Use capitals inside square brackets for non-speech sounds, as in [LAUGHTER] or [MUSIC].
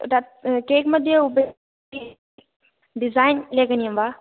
तत् केक्मध्ये उप [UNINTELLIGIBLE] डिसैन् लेखनीयं वा